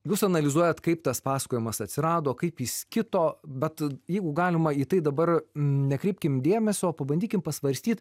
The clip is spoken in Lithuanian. jūs analizuojat kaip tas pasakojimas atsirado kaip jis kito bet jeigu galima į tai dabar nekreipkim dėmesio o pabandykim pasvarstyt